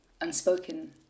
unspoken